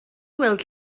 gweld